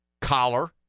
collar